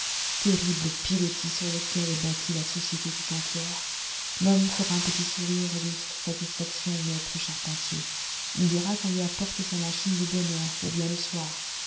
terrible pilotis sur lequel est bâtie la société tout entière l'homme fera un petit sourire de satisfaction au maître charpentier il dira qu'on lui apporte sa machine de bonne heure ou bien le soir